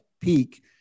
peak